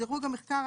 דירוג המחקר,